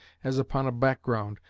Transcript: as upon a background,